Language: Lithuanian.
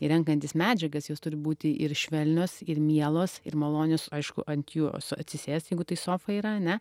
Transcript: ir renkantis medžiagas jos turi būti ir švelnios ir mielos ir malonios aišku ant jų su atsisėst jeigu tai sofa yra ane